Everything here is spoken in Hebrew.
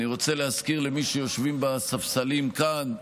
אני רוצה להזכיר למי שיושבים בספסלים כאן,